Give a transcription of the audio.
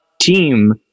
team